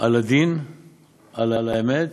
על הדין ועל האמת